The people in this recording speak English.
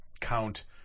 count